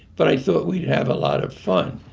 but i thought we'd have a lot of fun